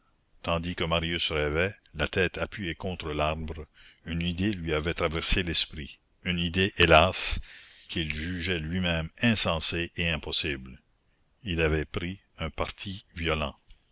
tandis que marius rêvait la tête appuyée contre l'arbre une idée lui avait traversé l'esprit une idée hélas qu'il jugeait lui-même insensée et impossible il avait pris un parti violent